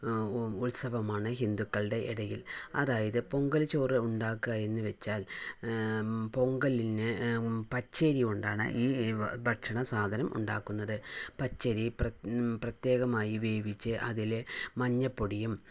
ഉത്സവമാണ് ഹിന്ദുക്കളുടെ ഇടയിൽ അതായത് പൊങ്കൽ ചോറ് ഉണ്ടാക്കുക എന്ന് വെച്ചാൽ പൊങ്കലിന് പച്ചരി കൊണ്ടാണ് ഈ ഭക്ഷണസാധനം ഉണ്ടാക്കുന്നത് പച്ചരി പ്ര പ്രത്യേകമായി വേവിച്ച് അതിൽ മഞ്ഞപ്പൊടിയും